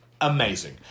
Amazing